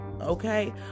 okay